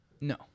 No